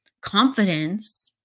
confidence